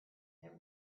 that